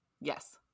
Yes